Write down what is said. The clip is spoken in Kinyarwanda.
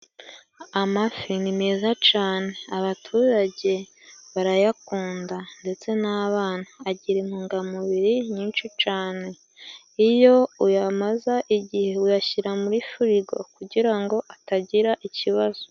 Amafi ni meza cane, abaturage barayakunda, ndetse n’abana. Agira intungamubiri nyinshi cane. Iyo uyamaza igihe, uyashyira muri firigo kugira ngo atagira ikibazo.